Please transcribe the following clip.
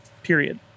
period